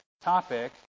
topic